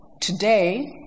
today